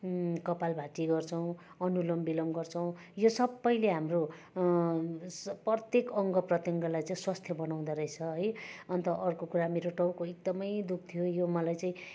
कपालभाति गर्छौँ अनुलोम विलोम गर्छौँ यो सबैले हाम्रो स प्रत्येक अङ्गप्रत्यङ्गलाई चाहिँ स्वास्थ्य बनाउँदा रहेछ है अन्त अर्को कुरा मेरो टाउको एकदमै दुख्थ्यो यो मलाई चाहिँ